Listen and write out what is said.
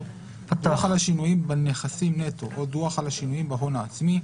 (3)דוח על השינויים בנכסים נטו או דוח על השינויים בהון העצמי,